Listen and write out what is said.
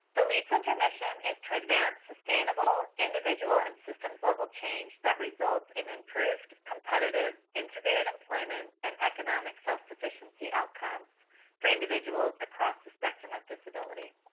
the lead center mission is to advance sustainable individual and systems level change that results in improved, competitive integrated employment and economic self-sufficiency outcomes for individuals across the spectrum of disability.